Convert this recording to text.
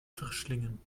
verschlingen